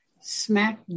smack